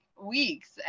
weeks